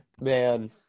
man